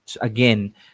Again